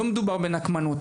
לא מדובר נקמנות,